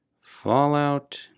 Fallout